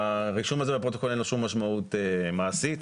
לרישום הזה בפרוטוקול אין כל משמעות מעשית.